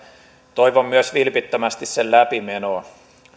toivon myös vilpittömästi sen läpimenoa